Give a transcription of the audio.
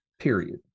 Period